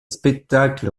spectacles